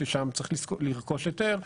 ששם צריך לרכוש היתר,